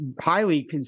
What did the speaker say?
highly